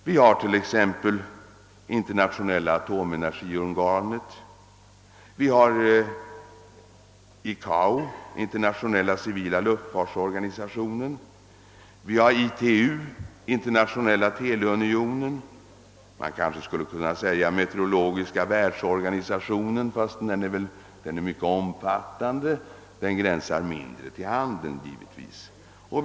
Det gäller IAEA, Internationella atomenergiorganet, det gäller ICAO, Internationella civila luftfartsorganisationen, det gäller ITU, Internationella teleunionen och det gäller WMO, Meteorologiska världsorganisationen. Den sistnämnda organisationen är mycket omfattande men den gränsar naturligtvis mindre till handelns område.